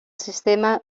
sistema